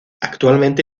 actualmente